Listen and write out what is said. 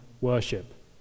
worship